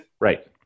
Right